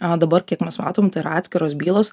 o dabar kiek mes matom tai yra atskiros bylos